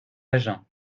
agen